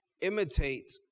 imitate